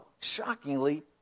shockingly